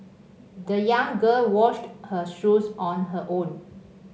the young girl washed her shoes on her own